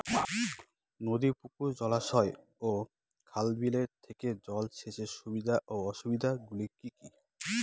নদী পুকুর জলাশয় ও খাল বিলের থেকে জল সেচের সুবিধা ও অসুবিধা গুলি কি কি?